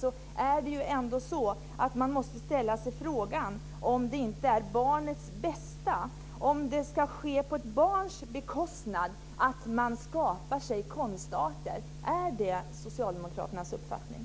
Man måste ställa sig frågan om man inte måste se till barnets bästa. Ska det ske på ett barns bekostnad att man skapar sig konstarter? Är det socialdemokraternas uppfattning?